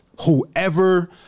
whoever